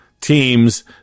Teams